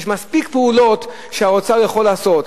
יש מספיק פעולות שהאוצר יכול לעשות.